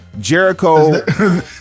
Jericho